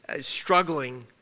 struggling